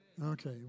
Okay